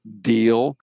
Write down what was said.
deal